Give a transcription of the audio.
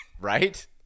Right